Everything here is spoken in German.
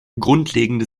grundlegende